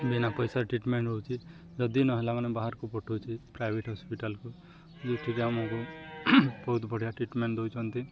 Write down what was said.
ବିନା ପଇସାରେ ଟ୍ରିଟମେଣ୍ଟ ହେଉଛି ଯଦି ନହେଲା ମାନେ ବାହାରକୁ ପଠଉଛି ପ୍ରାଇଭେଟ୍ ହସ୍ପିଟାଲ୍କୁ ଯେଉଁଠିକି ଆମକୁ ବହୁତ ବଢ଼ିଆ ଟ୍ରିଟମେଣ୍ଟ ଦଉଛନ୍ତି